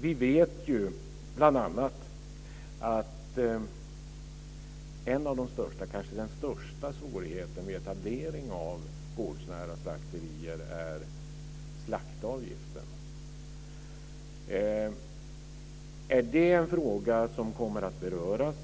Vi vet bl.a. att en av de största svårigheterna - kanske den allra största - med etablering av gårdsnära slakterier är slaktavgifterna. Är det en fråga som kommer att beröras?